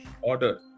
order